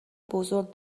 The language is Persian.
بزرگ